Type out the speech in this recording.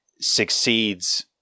succeeds